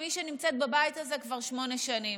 כמי שנמצאת בבית הזה כבר שמונה שנים: